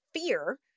fear